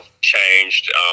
changed